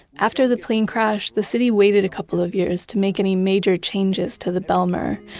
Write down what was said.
after the plane crash, the city waited a couple of years to make any major changes to the bijlmer.